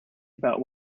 about